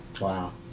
Wow